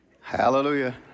Hallelujah